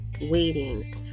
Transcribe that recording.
waiting